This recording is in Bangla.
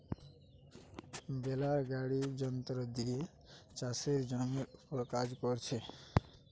বেলার গাড়ি যন্ত্র দিয়ে চাষের জমির উপর কাজ কোরছে